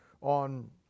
on